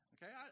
Okay